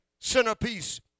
Centerpiece